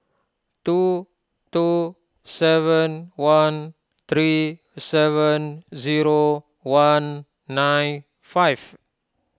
two two seven one three seven zero one nine five